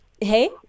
Hey